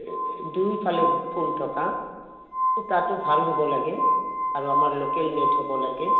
দুইফালে ফুল থকা সূতাটো ভাল হ'ব লাগে আৰু আমাৰ লোকেল মেইড হ'ব লাগে